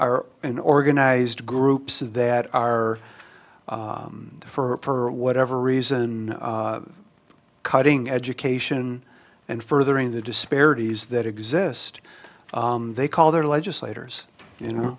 are in organized groups that are for whatever reason cutting education and furthering the disparities that exist they call their legislators you know